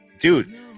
Dude